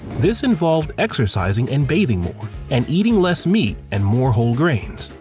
this involved exercising and bathing more, and eating less meat and more whole grains.